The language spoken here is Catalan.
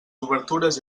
obertures